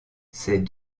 ces